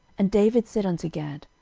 and david said unto gad,